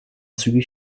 zügig